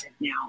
now